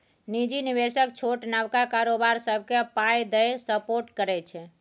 निजी निबेशक छोट नबका कारोबार सबकेँ पाइ दए सपोर्ट करै छै